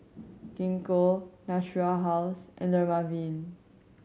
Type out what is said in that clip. Gingko Natura House and Dermaveen